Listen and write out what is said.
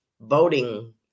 voting